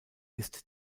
ist